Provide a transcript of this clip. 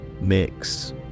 mix